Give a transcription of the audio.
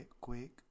quick